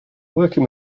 working